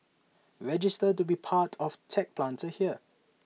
register to be part of tech Planter here